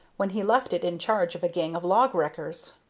when he left it in charge of a gang of log-wreckers.